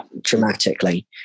Dramatically